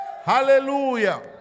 Hallelujah